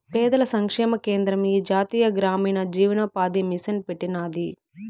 పేదల సంక్షేమ కేంద్రం ఈ జాతీయ గ్రామీణ జీవనోపాది మిసన్ పెట్టినాది